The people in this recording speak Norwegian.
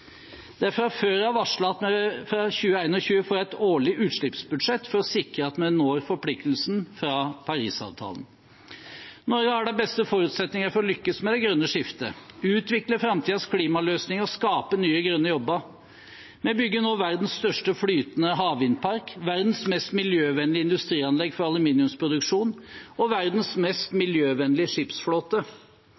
Det er fra før av varslet at vi fra 2021 får et årlig utslippsbudsjett, for å sikre at vi når forpliktelsen fra Parisavtalen. Norge har de beste forutsetninger for å lykkes med det grønne skiftet, utvikle framtidens klimaløsninger og skape nye, grønne jobber. Vi bygger nå verdens største flytende havvindpark, verdens mest miljøvennlige industrianlegg for aluminiumsproduksjon og verdens mest